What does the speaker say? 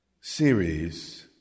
series